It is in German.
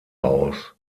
aus